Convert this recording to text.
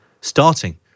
starting